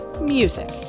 music